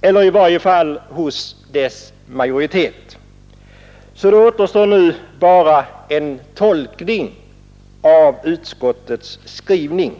eller i varje fall hos dess majoritet. Nu återstår bara en tolkning av utskottets skrivning.